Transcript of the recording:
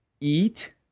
Eat